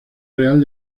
real